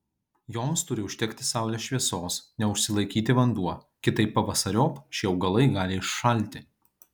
joms turi užtekti saulės šviesos neužsilaikyti vanduo kitaip pavasariop šie augalai gali iššalti